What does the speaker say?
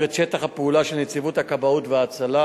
את שטח הפעולה של נציבות הכבאות וההצלה